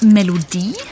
Melodie